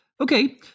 Okay